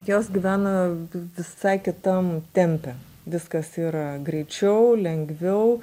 jos gyvena visai kitam tempe viskas yra greičiau lengviau